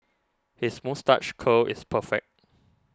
his moustache curl is perfect